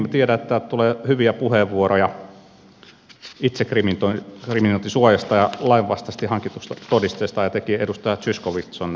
minä tiedän että täältä tulee hyviä puheenvuoroja itsekriminointisuojasta ja lainvastaisesti hankitusta todisteesta etenkin edustaja zyskowicz on näihin perehtynyt syvällisesti